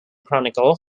chronicle